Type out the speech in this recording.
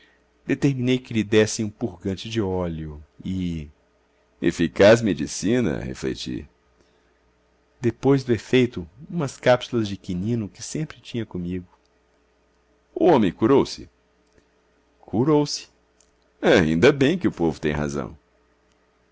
determinei que lhe dessem um purgante de óleo e eficaz medicina refleti depois do efeito umas cápsulas de quinino que sempre tinha comigo o homem curou se curou se ainda bem que o povo tem razão